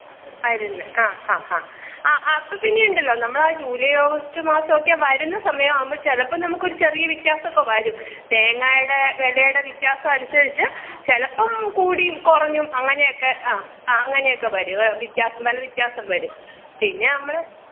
ആര്ന്ന് ആഹ് ഹാ ഹാ ആഹ് അപ്പം പിന്നെ ഉണ്ടല്ലോ നമ്മളാ ജൂലൈ ആഗസ്റ്റ് മാസം ഒക്കെ വരുന്ന സമയം ആവുമ്പം ചിലപ്പം നമുക്ക് ഒരു ചെറിയ വ്യത്യാസം ഒക്കെ വരും തേങ്ങായുടെ വിലയുടെ വ്യത്യാസം അനുസരിച്ച് ചിലപ്പം കൂടിയും കുറഞ്ഞും അങ്ങനെയൊക്കെ ആഹ് ആഹ് അങ്ങനെയൊക്കെ വരും വ്യത്യാസം നല്ല വ്യത്യാസം വരും പിന്നെ നമ്മൾ